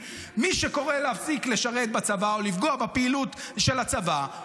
מי שקורא להפסיק לשרת בצבא או לפגוע בפעילות של הצבא,